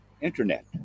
internet